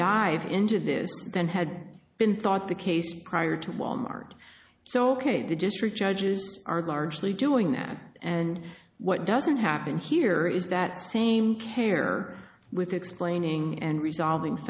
dive into this than had been thought the case prior to wal mart so the district judges are largely doing that and what doesn't happen here is that same care with explaining and resolving